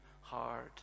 hard